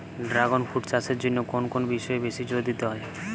Dragon fruit চাষের জন্য কোন কোন বিষয়ে বেশি জোর দিতে হয়?